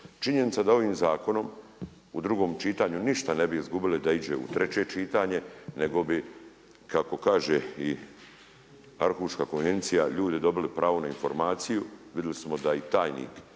Činjenica da ovim zakonom u drugom čitanju ništa ne bi izgubili da iđe u treće čitanje, nego bi kako kaže i Arhuška konvencija ljudi dobili pravo na informaciju. Vidjeli smo da i tajnik